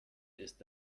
ist